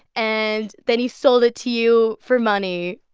and then he sold it to you for money.